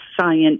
science